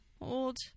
old